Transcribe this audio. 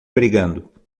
brigando